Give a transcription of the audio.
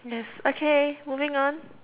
yes okay moving on